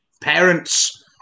parents